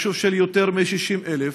יישוב של יותר מ-60,000.